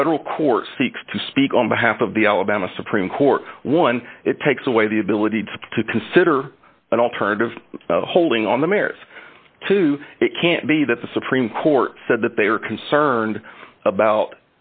a federal court seeks to speak on behalf of the alabama supreme court one it takes away the ability to consider an alternative holding on the mare's to it can't be that the supreme court said that they are concerned about